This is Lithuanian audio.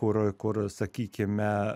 kur kur sakykime